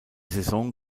saison